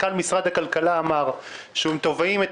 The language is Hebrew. מנכ"ל משרד הכלכלה אמר שהם תובעים את